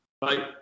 Bye